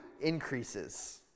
increases